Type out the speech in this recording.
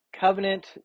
covenant